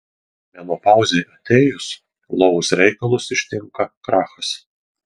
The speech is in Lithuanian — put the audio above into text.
menopauzei atėjus lovos reikalus ištinka krachas